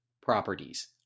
properties